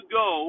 go